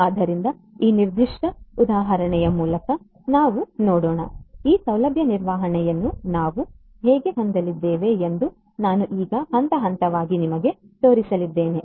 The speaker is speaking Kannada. ಆದ್ದರಿಂದ ಈ ನಿರ್ದಿಷ್ಟ ಉದಾಹರಣೆಯ ಮೂಲಕ ನಾವು ನೋಡೋಣ ಈ ಸೌಲಭ್ಯ ನಿರ್ವಹಣೆಯನ್ನು ನಾವು ಹೇಗೆ ಹೊಂದಲಿದ್ದೇವೆ ಎಂದು ನಾನು ಈಗ ಹಂತ ಹಂತವಾಗಿ ನಿಮಗೆ ತೋರಿಸಲಿದ್ದೇನೆ